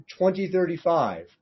2035